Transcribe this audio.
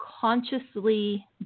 consciously